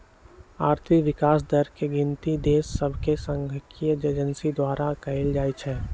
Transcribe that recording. आर्थिक विकास दर के गिनति देश सभके सांख्यिकी एजेंसी द्वारा कएल जाइ छइ